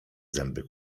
zęby